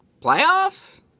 Playoffs